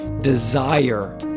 desire